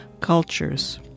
cultures